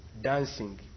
dancing